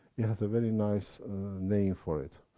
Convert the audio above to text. it has a very nice name for it.